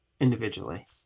individually